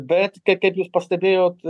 bet tai kaip jūs pastebėjot